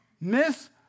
Miss